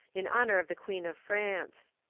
in honour of the queen of france.